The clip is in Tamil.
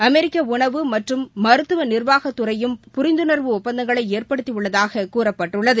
அமெரிக்க உணவு மற்றும் மருந்து நிா்வாகத் துறையும் புரிந்துணர்வு ஒப்பந்தங்களை ஏற்படுத்தி உள்ளதாகக் கூறப்பட்டுள்ளது